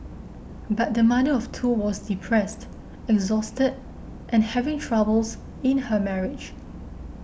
but the mother of two was depressed exhausted and having troubles in her marriage